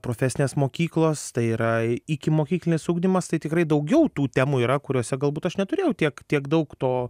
profesinės mokyklos tai yra ikimokyklinis ugdymas tai tikrai daugiau tų temų yra kuriose galbūt aš neturėjau tiek tiek daug to